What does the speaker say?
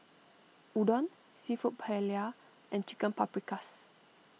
Udon Seafood Paella and Chicken Paprikas